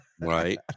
right